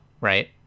right